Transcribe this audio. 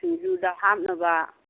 ꯁꯤꯡꯖꯨꯗ ꯍꯥꯞꯅꯕ